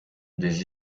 des